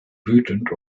wütend